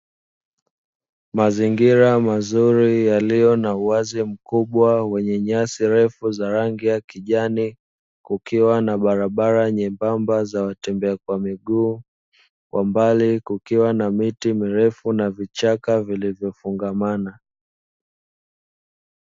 Mazingira mazuri yaliyo na uwazi mkubwa wenye nyasi refu za rangi ya kijani, kukiwa na barabara nyembamba za watembea kwa miguu kwa mbali kukiwa na miti mirefu na vichaka vilivyofungamana.